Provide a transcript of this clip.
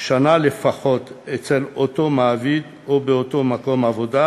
שנה לפחות אצל אותו מעביד או באותו מקום עבודה,